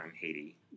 Haiti